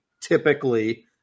typically